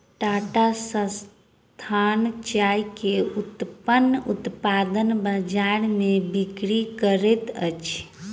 टाटा संस्थान चाय के उत्तम उत्पाद बजार में बिक्री करैत अछि